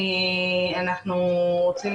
אנחנו רוצים